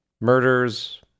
murders